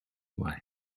away